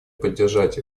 поддержать